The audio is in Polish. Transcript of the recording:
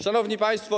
Szanowni Państwo!